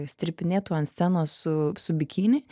strypinėtų ant scenos su su bikini